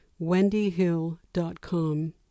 wendyhill.com